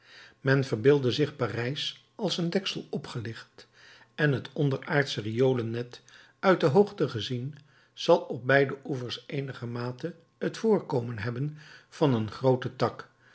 men verbeelde zich parijs als een deksel opgelicht en het onderaardsche riolennet uit de hoogte gezien zal op beide oevers eenigermate t voorkomen hebben van een grooten tak